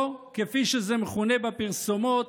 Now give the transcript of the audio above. או כמו שזה מכונה בפרסומת